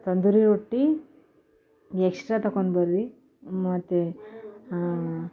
ತಂದೂರಿ ರೊಟ್ಟಿ ಎಕ್ಸ್ಟ್ರಾ ತೊಕೊಂಡು ಬರ್ರಿ ಮತ್ತೆ